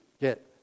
get